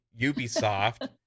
Ubisoft